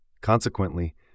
Consequently